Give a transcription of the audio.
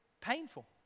painful